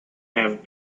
have